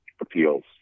appeals